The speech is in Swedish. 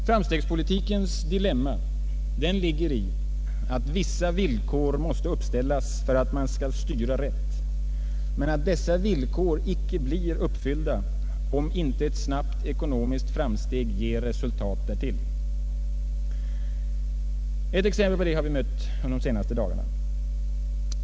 Framstegspolitikens dilemma ligger i att vissa villkor måste uppställas för att man skall styra rätt men att dessa villkor inte blir uppfyllda om inte ett snabbt ekonomiskt framsteg ger resurser därtill. Ett exempel på det har vi mött under de senaste dagarna.